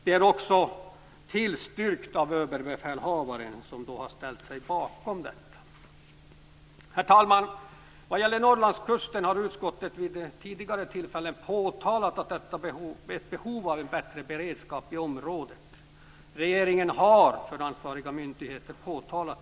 Det är också tillstyrkt av Överbefälhavaren, som har ställt sig bakom detta. Herr talman! Vad gäller Norrlandskusten har utskottet vid tidigare tillfällen påtalat ett behov av en bättre beredskap i området. Regeringen har påtalat detta för ansvariga myndigheter.